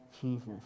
Jesus